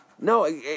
No